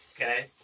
Okay